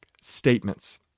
statements